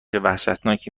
وحشتناکی